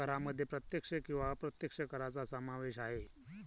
करांमध्ये प्रत्यक्ष किंवा अप्रत्यक्ष करांचा समावेश आहे